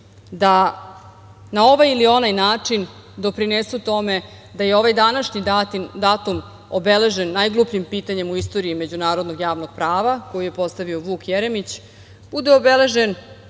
da na ovaj ili onaj način doprinesu tome da je ovaj današnji datum obeležen najglupljim pitanjem u istoriji međunarodnog javnog prava, koje je postavio Vuk Jeremić, bude obeležen